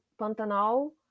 Pantanal